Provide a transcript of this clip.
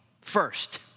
first